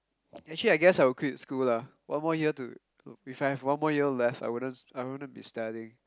actually I guess I would quit school lah one more year to if I had one more year left I wouldn't I wouldn't be studying